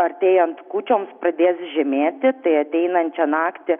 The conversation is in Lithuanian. artėjant kūčioms pradės žemėti tai ateinančią naktį